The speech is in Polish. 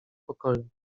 pokoju